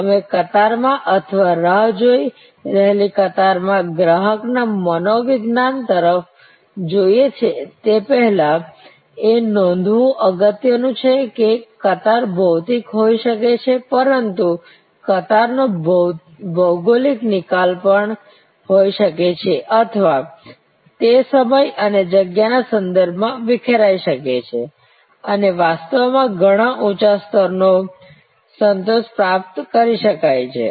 અમે કતારમાં અથવા રાહ જોઈ રહેલી કતાર માં ગ્રાહકના મનોવિજ્ઞાન તરફ જઈએ તે પહેલાં એ નોંધવું અગત્યનું છે કે કતાર ભૌતિક હોઈ શકે છે પરંતુ કતારોનો ભૌગોલિક નિકાલ પણ હોઈ શકે છે અથવા તે સમય અને જગ્યા ના સંદર્ભ માં વિખેરાઈ શકે છેઅને વાસ્તવમાં ઘણા ઊંચા સ્તરનો સંતોષ પ્રાપ્ત કરી શકાય છે